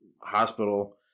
hospital